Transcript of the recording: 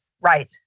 right